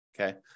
Okay